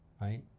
right